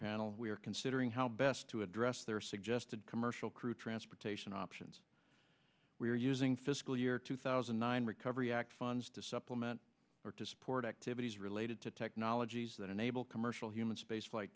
panel we are considering how best to address their suggested commercial crew transportation options we are using fiscal year two thousand and nine recovery act funds to supplement or to support activities related to technologies that enable commercial human spaceflight